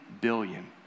billion